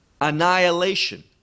annihilation